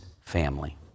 family